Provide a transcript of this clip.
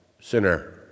sinner